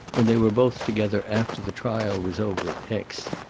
when they were both together after the trial was over at aix.